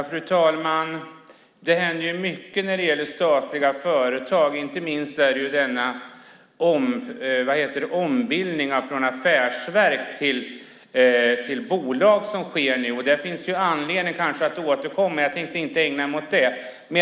Fru talman! Det händer mycket när det gäller statliga företag, inte minst denna ombildning från affärsverk till bolag som sker nu. Det finns det kanske anledning att återkomma till, men jag tänkte inte ägna mig åt det nu.